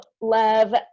love